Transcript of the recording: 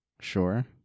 Sure